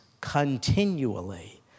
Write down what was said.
continually